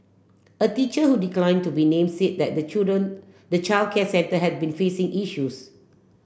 a teacher who decline to be name say that the children the childcare centre had been facing issues